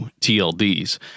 TLDs